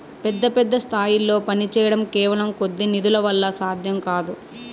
పెద్ద పెద్ద స్థాయిల్లో పనిచేయడం కేవలం కొద్ది నిధుల వల్ల సాధ్యం కాదు